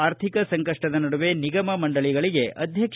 ಆರ್ಥಿಕ ಸಂಕಷ್ಟದ ನಡುವೆ ನಿಗಮ ಮಂಡಳಿಗಳಿಗೆ ಅಧ್ಯಕ್ಷ